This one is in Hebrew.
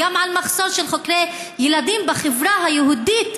אלא גם על מחסור של חוקרי ילדים בחברה היהודית,